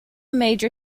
major